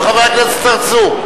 חבר הכנסת צרצור?